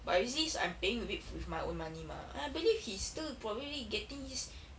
but recently is I'm paying with it with my own money mah and I believe he's still probably getting his